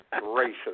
gracious